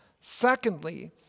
Secondly